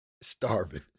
starving